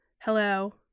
hello